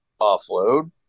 offload